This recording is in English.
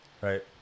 Right